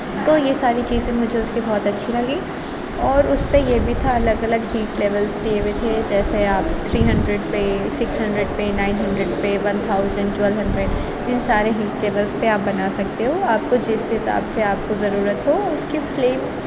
تو یہ ساری چیزیں مجھے اس کی بہت اچھی لگی اور اس پہ یہ بھی تھا الگ الگ ہیٹ لیولس دیے ہوئے تھے جیسے آپ تھری ہنڈریڈ پہ سکس ہنڈریڈ پہ نائن ہنڈریڈ پہ ون تھاؤزنڈ ٹویلو ہنڈریڈ ان سارے ہیٹ لیولس پہ آپ بنا سکتے ہو آپ کو جس حساب سے آپ کو ضرورت ہو اس کی فلیم